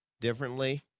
differently